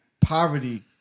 poverty